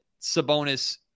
Sabonis